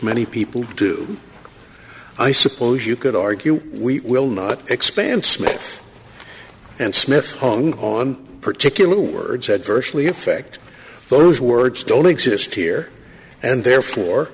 many people do i suppose you could argue we will not expand smith and smith wrong on particular words adversely effect those words don't exist here and therefore